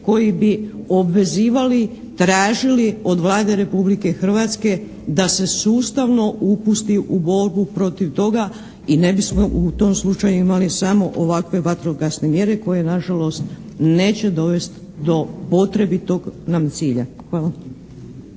koji bi obvezivali, tražili od Vlade Republike Hrvatske da se sustavno upusti u borbu protiv toga i ne bismo u tom slučaju imali samo ovakve vatrogasne mjere koje nažalost neće dovesti do potrebitog nam cilja. Hvala.